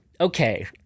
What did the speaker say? okay